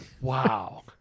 Wow